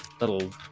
little